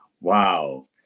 Wow